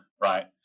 right